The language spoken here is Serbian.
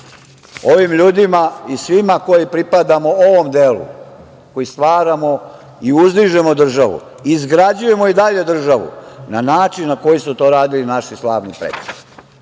ovim ljudima i svima koji pripadamo ovom delu, koji stvaramo i uzdižemo državu, izgrađujemo i dalju državu na način na koji su to radili naši slavni preci.